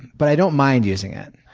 but i don't mind using it.